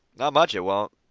not much it won't,